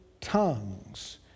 tongues